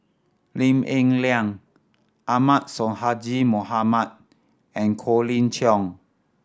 Lim Eng Liang Ahmad Sonhadji Mohamad and Colin Cheong